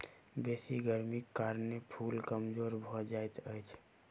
बेसी गर्मीक कारणें फूल कमजोर भअ जाइत अछि